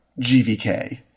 GVK